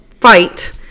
fight